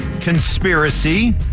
conspiracy